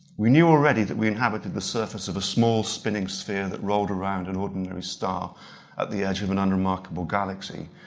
we knew already that we inhabited the surface of a small spinning sphere that rolled around an ordinary star at the edge of an unremarkable galaxy,